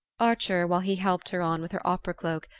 archer, while he helped her on with her opera cloak,